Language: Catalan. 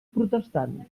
protestant